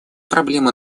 проблемы